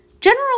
General